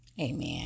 Amen